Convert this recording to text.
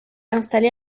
installé